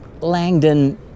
Langdon